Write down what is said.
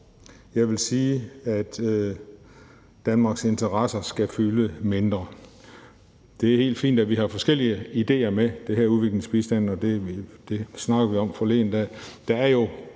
jeg vil sige, at Danmarks interesser skal fylde mindre. Det er helt fint, at vi har forskellige idéer med det her udviklingsbistand, og det snakkede vi om forleden dag.